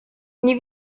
nie